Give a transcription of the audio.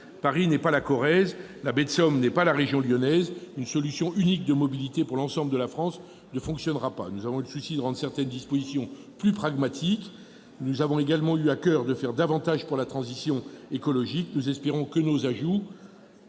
Paris n'est pas la Corrèze, la baie de Somme n'est pas la région lyonnaise, une solution unique de mobilité pour l'ensemble de la France ne fonctionnera pas. Nous avons eu le souci de rendre certaines dispositions du texte plus pragmatiques et de faire davantage pour la transition écologique. Nous espérons que nos ajouts